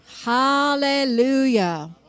hallelujah